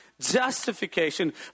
justification